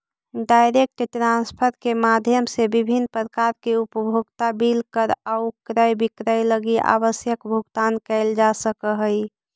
direct transfer के माध्यम से विभिन्न प्रकार के उपभोक्ता बिल कर आउ क्रय विक्रय लगी आवश्यक भुगतान कैल जा सकऽ हइ